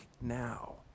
now